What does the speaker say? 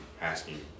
asking